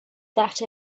that